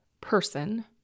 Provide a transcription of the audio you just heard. person